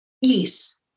Yes